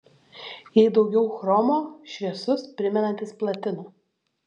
jei daugiau chromo šviesus primenantis platiną